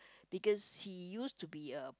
because he used to be a